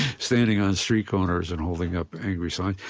standing on street corners and holding up angry signs.